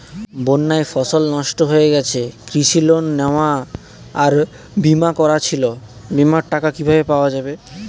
বন্যায় ফসল নষ্ট হয়ে গেছে কৃষি ঋণ নেওয়া আর বিমা করা ছিল বিমার টাকা কিভাবে পাওয়া যাবে?